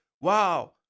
wow